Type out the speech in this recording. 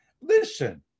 listen